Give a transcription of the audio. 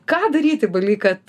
ką daryti baly kad